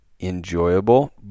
enjoyable